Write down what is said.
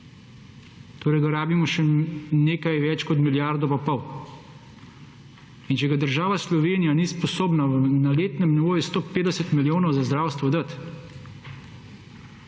torej ga rabimo še nekaj več kot milijardo in pol. In če ga država Slovenija ni sposobna na letnem nivoju 150 milijonov za zdravstvo dat